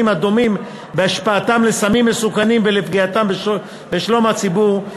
הדומים בהשפעתם לסמים מסוכנים ולפגיעתם בשלום הציבור,